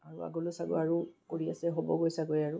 আৰু আগলৈ চাগৈ আৰু কৰি আছে হ'বগৈ চাগৈ আৰু